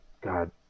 God